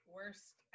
worst